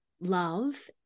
love